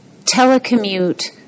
telecommute